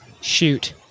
shoot